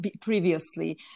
previously